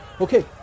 Okay